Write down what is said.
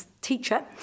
teacher